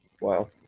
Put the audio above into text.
Wow